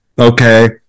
Okay